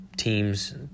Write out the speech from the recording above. teams